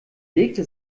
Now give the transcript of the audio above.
legte